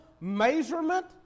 measurement